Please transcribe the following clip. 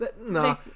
No